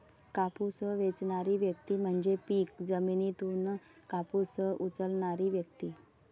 कापूस वेचणारी व्यक्ती म्हणजे पीक जमिनीतून कापूस उचलणारी व्यक्ती